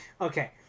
Okay